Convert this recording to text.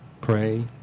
Pray